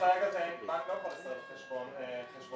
בנק לא יכול לסרב לפתוח חשבון עו"ש.